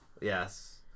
Yes